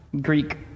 Greek